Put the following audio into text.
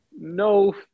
No